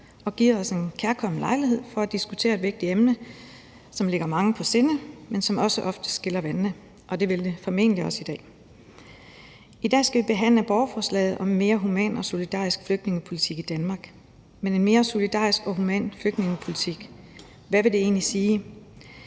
og givet os en kærkommen lejlighed for at diskutere et vigtigt emne, som ligger mange på sinde, men som også oftest skiller vandene, og det vil det formentlig også dag. I dag skal vi behandle borgerforslaget om en mere human og solidarisk flygtningepolitik i Danmark. Men en mere human og solidarisk flygtningepolitik – hvad vil det egentlig sige?